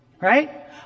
right